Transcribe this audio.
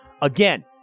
again